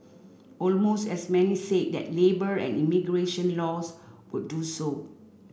almost as many said that labour and immigration laws would do so